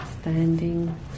standing